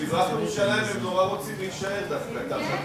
במזרח-ירושלים הם דווקא נורא רוצים להישאר תחת,